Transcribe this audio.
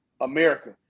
America